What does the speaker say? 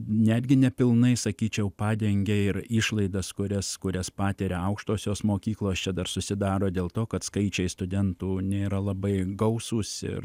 netgi nepilnai sakyčiau padengia ir išlaidas kurias kurias patiria aukštosios mokyklos čia dar susidaro dėl to kad skaičiai studentų nėra labai gausūs ir